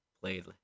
played